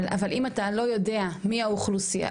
אבל אם אתה לא יודע מי האוכלוסייה,